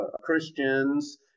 Christians